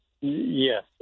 Yes